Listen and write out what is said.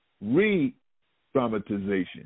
re-traumatization